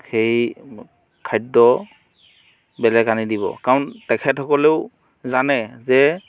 সেই খাদ্য বেলেগ আনি দিব কাৰণ তেখেতসকলেও জানে যে